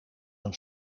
een